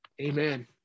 Amen